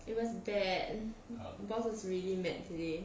it was bad boss was really mad today